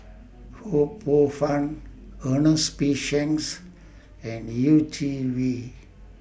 Ho Poh Fun Ernest P Shanks and Yeh Chi Wei